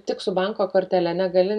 tik su banko kortele negali